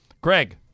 Greg